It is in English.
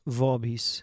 vobis